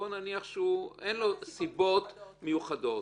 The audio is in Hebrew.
פה אין לו סיבות מיוחדות,